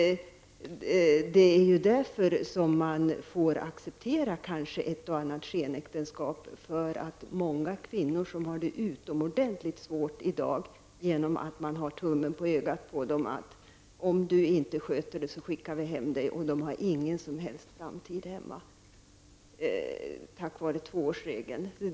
Det är därför som man får acceptera ett och annat skenäktenskap. Många kvinnor har det utomordentligt svårt i dag därför att man har tummen på ögat på dem och de hotas av att bli hemskickade om de inte sköter sig, med stöd av tvåårsregeln, även om de inte har någon som helst framtid i hemlandet.